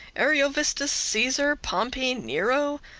ariovistus, caesar, pompey, nero,